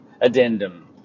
addendum